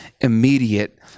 immediate